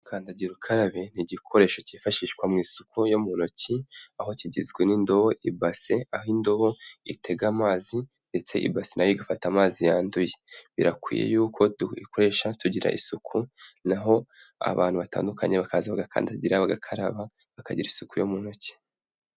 Kandagira ukarabe ni igikoresho cyifashishwa mu isuku yo mu ntoki, aho kigizwe n'indobo , ibase, aho indobo itega amazi ndetse ibase nayo igafata amazi yanduye, birakwiye yuko tuyikoresha tugira isuku naho abantu batandukanye bakaza bagakandagira bagakaraba bakagira isuku yo mu ntoki.